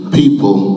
people